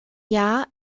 jahr